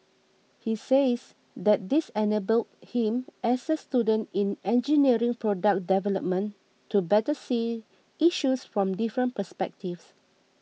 he says that this enabled him as a student in engineering product development to better see issues from different perspectives